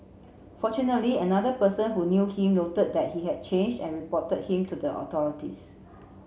fortunately another person who knew him noted that he had changed and reported him to the authorities